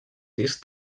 disc